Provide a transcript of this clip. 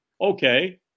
Okay